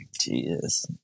Jesus